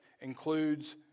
includes